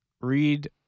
read